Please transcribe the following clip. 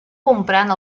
comprant